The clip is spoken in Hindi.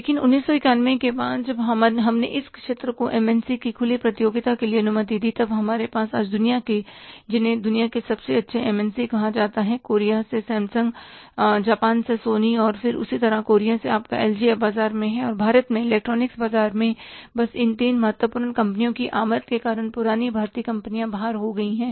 लेकिन 1991 के बाद जब हमने इस क्षेत्र को MNC की खुली प्रतियोगिता के लिए अनुमति दी तब हमारे पास आज दुनिया के जिन्हें दुनिया के सबसे अच्छे MNC कह सकते हैं कोरिया से सैमसंग जापान से सोनी और फिर उसी तरह कोरिया से आपका LG अब बाजार में हैं और भारत में इलेक्ट्रॉनिक बाजार में बस इन तीन महत्वपूर्ण कंपनियों की आमद के कारण पुरानी भारतीय कंपनियां बाहर हो गई हैं